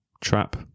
trap